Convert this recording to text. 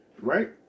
right